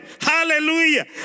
Hallelujah